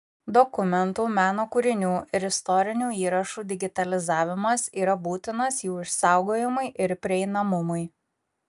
dokumentų meno kūrinių ir istorinių įrašų digitalizavimas yra būtinas jų išsaugojimui ir prieinamumui